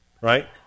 right